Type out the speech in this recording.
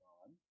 on